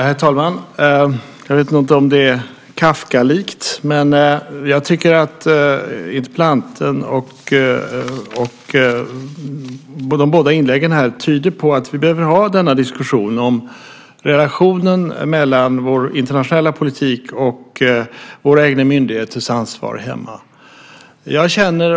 Herr talman! Jag vet inte om det är Kafkalikt, men jag tycker att de båda inläggen här tyder på att vi behöver ha denna diskussion om relationen mellan vår internationella politik och våra egna myndigheters ansvar hemma.